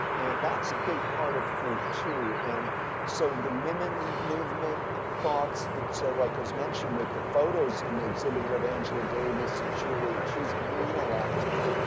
and, that's a big part of her too. and so the women's movement thoughts, so like as mentioned with the photos and the exhibit here of angela davis and shirley chisholm mean a lot to me.